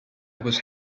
was